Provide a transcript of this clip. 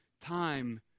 time